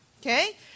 Okay